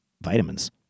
vitamins